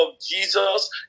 Jesus